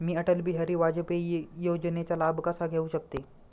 मी अटल बिहारी वाजपेयी योजनेचा लाभ कसा घेऊ शकते?